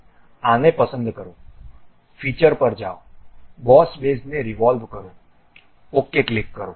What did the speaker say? આને પસંદ કરો ફીચર પર જાઓ બોસ બેઝને રિવોલ્વ કરો OK ક્લિક કરો